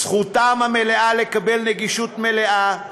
זכותם המלאה לקבל גישה מלאה,